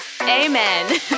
Amen